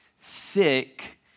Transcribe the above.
thick